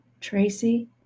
tracy